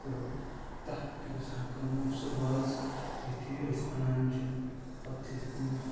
تہِ تتھ پٮ۪ٹھ چھُ گژھان کٲم سُہ وازٕ یُتھے أسۍ انان چھِنہٕ پتہٕ چھِ أسۍ تٔمِس